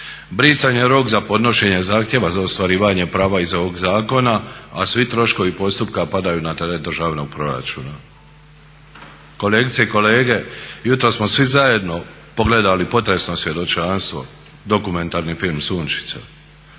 Brisan je rok za podnošenje zahtjeva za ostvarivanje prava iz ovog zakona, a svi troškovi postupka padaju na teret državnog proračuna. Kolegice i kolege jutros smo svi zajedno pogledali potresno svjedočanstvo, dokumentarni film "Sunčica".